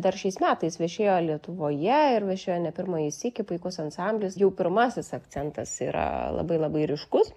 dar šiais metais viešėjo lietuvoje ir viešėjo ne pirmąjį sykį puikus ansamblis jau pirmasis akcentas yra labai labai ryškus